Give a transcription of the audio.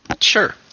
Sure